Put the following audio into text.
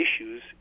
issues